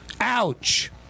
Ouch